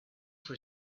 for